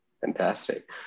Fantastic